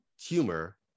humor